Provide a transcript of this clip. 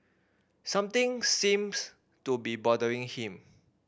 something seems to be bothering him